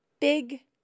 big